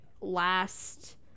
last